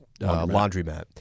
laundromat